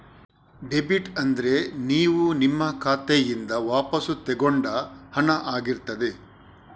debit ಅಂದ್ರೆ ನೀವು ನಿಮ್ಮ ಖಾತೆಯಿಂದ ವಾಪಸ್ಸು ತಗೊಂಡ ಹಣ ಆಗಿರ್ತದೆ